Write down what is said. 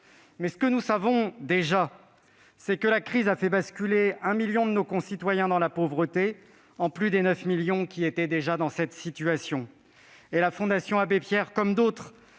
2021. Ce que nous savons déjà, en revanche, c'est que la crise a fait basculer 1 million de nos concitoyens dans la pauvreté, en plus des 9 millions qui étaient déjà dans cette situation. La Fondation Abbé Pierre a rappelé